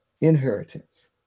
inheritance